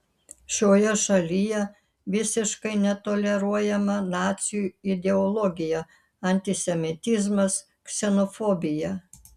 šioje šalyje visiškai netoleruojama nacių ideologija antisemitizmas ksenofobija